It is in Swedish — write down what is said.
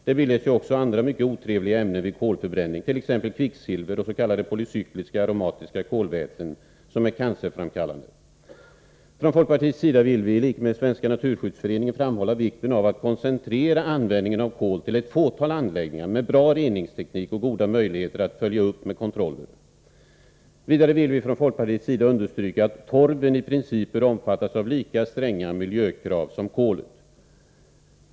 Det bildas ju också andra mycket otrevliga ämnen vid kolförbränning, t.ex. kvicksilver och s.k. polycykliska aromatiska kolväten som är cancerframkallande. Från folkpartiets sida vill vi, i likhet med Svenska naturskyddsföreningen, framhålla vikten av att koncentrera användningen av kol till ett fåtal anläggningar med bra reningsteknik och goda möjligheter till kontroller. Vidare vill vi från folkpartiets sida understryka att torven i princip bör omfattas av lika stränga miljökrav som kolet.